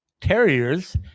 Terriers